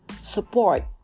support